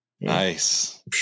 Nice